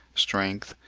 strength,